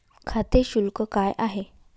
खाते शुल्क काय आहे?